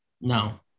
No